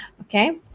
Okay